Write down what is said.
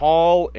Hall